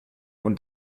und